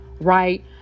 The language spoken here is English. right